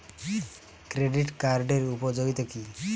Credit কার্ডের উপযোগিতা কি?